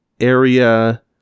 area